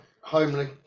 homely